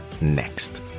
next